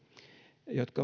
jotka